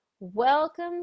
Welcome